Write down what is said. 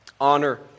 honor